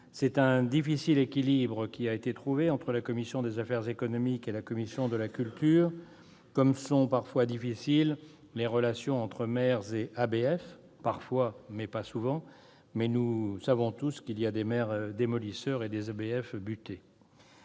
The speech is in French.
C'est un difficile équilibre qui a été trouvé entre la commission des affaires économiques et la commission de la culture, comme sont parfois- et non pas souvent -difficiles les relations entre maires et ABF. Mais nous savons tous qu'il y a des maires démolisseurs et des ABF butés.